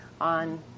on